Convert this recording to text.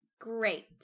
Great